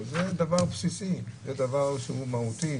זה דבר בסיסי, זה דבר מהותי.